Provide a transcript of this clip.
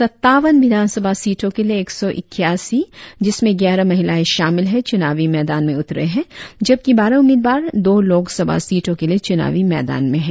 सत्तावन विधान सभा सीटों के लिए एक सौ इक्यासी जिसमें ग्यारह महिलाए शामिल है चुनावी मैदान में उतरे है जबकि बारह उम्मीदवार दो लोक सभा सीटों के लिए चुनावी मैदान में है